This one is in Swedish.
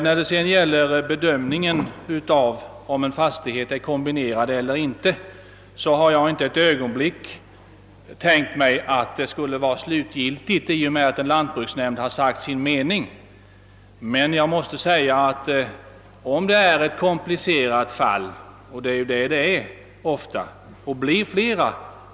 När det gäller bedömningen av om en fastighet är kombinerad eiler inte har jag inte ett ögonblick tänkt mig att den skulle vara slutgiltig i och med att en lantbruksnämnd har sagt sin mening. Frågan är emellertid ofta komplicerad.